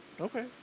Okay